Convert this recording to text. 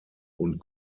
und